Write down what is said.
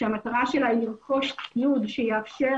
שהמטרה שלה היא לרכוש ציוד שיאפשר